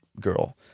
girl